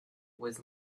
was